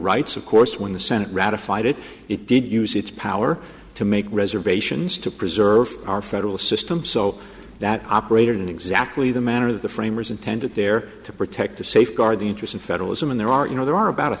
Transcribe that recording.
rights of course when the senate ratified it it did use its power to make reservations to preserve our federal system so that operated in exactly the manner that the framers intended there to protect to safeguard the interest of federalism and there are you know there are about a